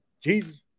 Jesus